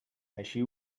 així